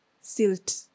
silt